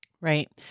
Right